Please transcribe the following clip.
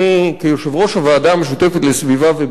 כיושב-ראש הוועדה המשותפת לסביבה ובריאות,